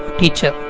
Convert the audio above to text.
teacher